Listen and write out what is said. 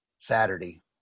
Saturday